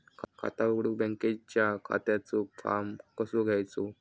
खाता उघडुक बँकेच्या खात्याचो फार्म कसो घ्यायचो?